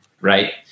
Right